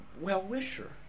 well-wisher